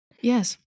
Yes